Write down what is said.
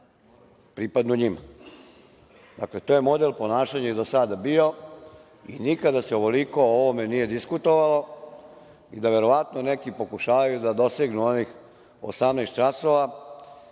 pripadnu njima. To je model ponašanja i do sada bio i nikada se ovoliko o ovome nije diskutovalo i da verovatno neki pokušavaju da dosegnu onih 18.00 časova,